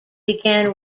began